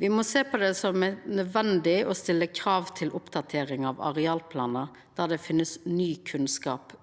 Me må sjå det som nødvendig å stilla krav til oppdatering av arealplanar der det finst ny kunnskap